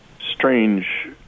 strange